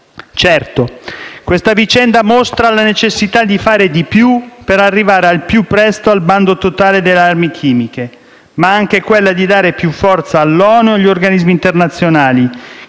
Certo, questa vicenda mostra la necessità di fare di più per arrivare al più presto al bando totale delle armi chimiche, ma anche quella di dare più forza all'ONU e agli organismi internazionali,